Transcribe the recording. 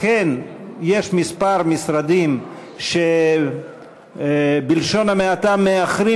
אכן יש כמה משרדים שבלשון המעטה מאחרים